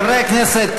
חברי הכנסת,